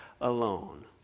alone